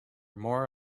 more